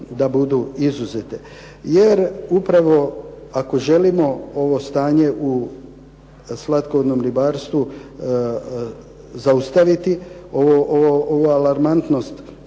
da budu izuzete. Jer upravo ako želimo ovo stanje u slatkovodnom ribarstvu zaustaviti ova alarmantnost